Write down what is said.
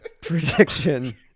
prediction